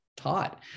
taught